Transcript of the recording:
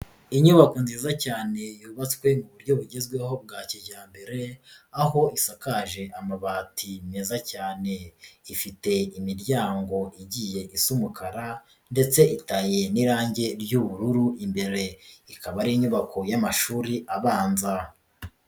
Inyubako nziza cyane yubatswe mu buryo bugezweho bwa kijyambere aho isakaje amabati meza cyane, ifite imiryango igiye is'umukara ndetse itaye n'irangi ry'ubururu imbere, ikaba ari inyubako y'amashuri abanza.